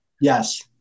Yes